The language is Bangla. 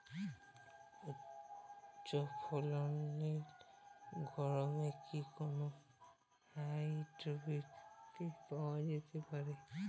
উচ্চ ফলনশীল গমের কি কোন হাইব্রীড বীজ পাওয়া যেতে পারে?